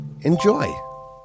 Enjoy